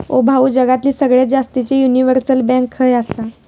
ओ भाऊ, जगातली सगळ्यात जास्तीचे युनिव्हर्सल बँक खय आसा